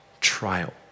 trial